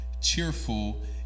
cheerful